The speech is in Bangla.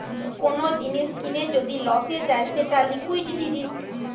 কোন জিনিস কিনে যদি লসে যায় সেটা লিকুইডিটি রিস্ক